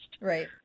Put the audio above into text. Right